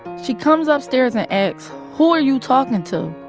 she comes upstairs and asks, who are you talking to?